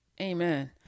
Amen